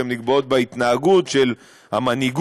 הן נקבעות בהתנהגות של המנהיגות,